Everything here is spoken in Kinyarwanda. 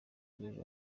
bw’ejo